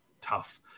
tough